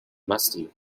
musty